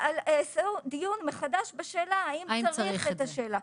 הם עשו דיון מחדש בשאלה האם צריך את השאלה.